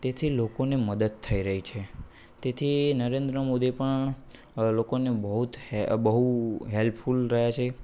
તેથી લોકોને મદદ થઈ રહી છે તેથી નરેન્દ્ર મોદી પણ લોકોને બહુ હેલ્પફૂલ રહ્યા છે